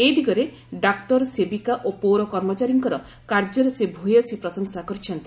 ଏ ଦିଗରେ ଡାକ୍ତର ସେବିକା ଓ ପୌର କର୍ମଚାରୀଙ୍କର କାର୍ଯ୍ୟର ସେ ଭ୍ୟସୀ ପ୍ରଶଂସା କରିଛନ୍ତି